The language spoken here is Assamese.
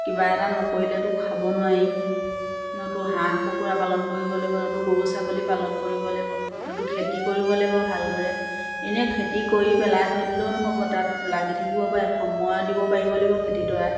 কিবা এটা নকৰিলেতো খাব নোৱাৰি নতু হাঁহ কুকুৰা পালন কৰিব লাগিব নতু গৰু ছাগলী পালন কৰিব লাগিব নতু খেতি কৰিব লাগিব ভালদৰে এনেই খেতি কৰি পেলাই থৈ দিলেও নহ'ব তাত লাগি থাকিব পাৰে সময় দিব পাৰিব লাগিব খেতিডৰাত